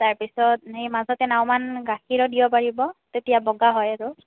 তাৰ পিছত সেই মাজতে নাওমান গাখীৰো দিব পাৰিব তেতিয়া বগা হয় আৰু